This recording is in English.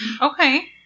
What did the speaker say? okay